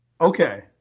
Okay